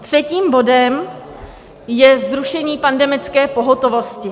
Třetím bodem je zrušení pandemické pohotovosti.